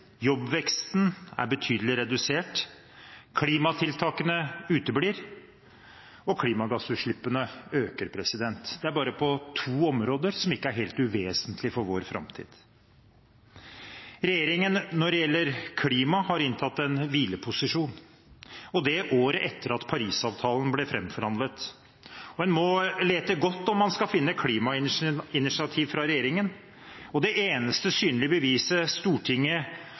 jobbveksten er betydelig redusert, klimatiltakene uteblir, og klimagassutslippene øker. Det er bare på to områder som ikke er helt uvesentlig for vår framtid. Regjeringen har når det gjelder klima, inntatt en hvileposisjon, og det året etter at Paris-avtalen ble framforhandlet. Man må lete godt om man skal finne klimainitiativ fra regjeringen, og det eneste synlige beviset Stortinget